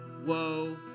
whoa